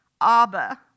Abba